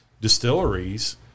distilleries